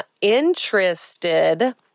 interested